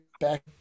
back